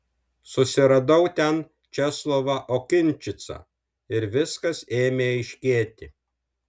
susiradau ten česlovą okinčicą ir viskas ėmė aiškėti